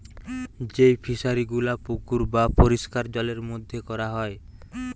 যেই ফিশারি গুলা পুকুর বা পরিষ্কার জলের মধ্যে কোরা হয়